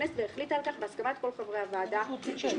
הכנסת והחליטה על כך בהסכמת כל חברי הוועדה שהשתתפו,